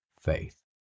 faith